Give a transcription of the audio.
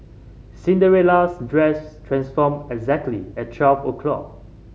Cinderella's dress transformed exactly at twelve o'clock